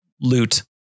loot